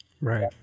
Right